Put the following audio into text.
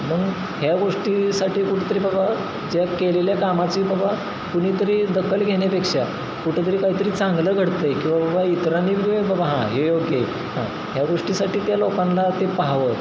मग ह्या गोष्टीसाठी कुठेतरी बाबा ज्या केलेल्या कामाची बाबा कुणीतरी दखल घेण्यापेक्षा कुठंतरी काहीतरी चांगलं घडते किंवा बाबा इतरांनी वेळ बाबा हां हे योग्य हां ह्या गोष्टीसाठी त्या लोकांना ते पहावं